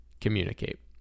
communicate